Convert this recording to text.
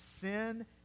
sin